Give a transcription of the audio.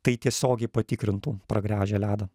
tai tiesiogiai patikrintų pragręžę ledą